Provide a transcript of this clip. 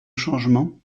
changement